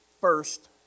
first